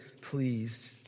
pleased